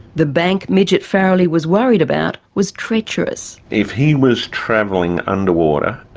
the bank midget farrelly was worried about was treacherous. if he was travelling underwater,